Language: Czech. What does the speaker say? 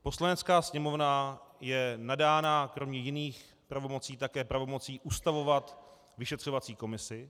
Poslanecká sněmovna je nadána kromě jiných pravomocí také pravomocí ustavovat vyšetřovací komisi.